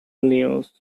news